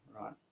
right